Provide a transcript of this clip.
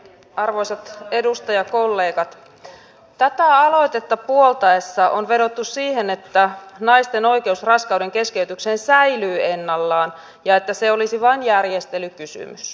arvoisat edustajakollegat tätä aloitetta puollettaessa on vedottu siihen että naisten oikeus raskaudenkeskeytykseen säilyy ennallaan ja että se olisi vain järjestelykysymys